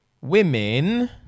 Women